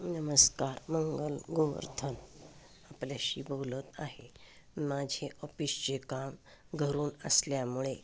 नमस्कार मंगल गोवर्थन आपल्याशी बोलत आहे माझे ऑफिसचे काम घरून असल्यामुळे